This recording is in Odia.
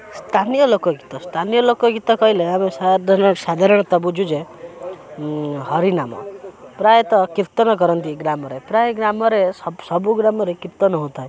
ସ୍ଥାନୀୟ ଲୋକ ଗୀତ ସ୍ଥାନୀୟ ଲୋକ ଗୀତ କହିଲେ ଆମେ ସାଧାରଣତଃ ବୁଝୁ ଯେ ହରି ନାମ ପ୍ରାୟତଃ କୀର୍ତ୍ତନ କରନ୍ତି ଗ୍ରାମରେ ପ୍ରାୟ ଗ୍ରାମରେ ସବୁ ଗ୍ରାମରେ କୀର୍ତ୍ତନ ହେଉଥାଏ